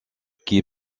qui